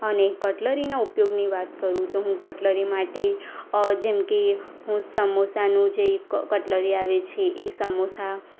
અને કટલરીના ઉપયોગની વાત કરું તો હું કટલરી માટે જેમકે હું સમોસાનું જે કટલરી આવે છે એ સમોસા